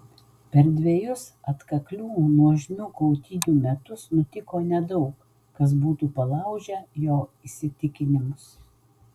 per dvejus atkaklių nuožmių kautynių metus nutiko nedaug kas būtų palaužę jo įsitikinimus